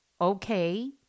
okay